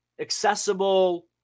accessible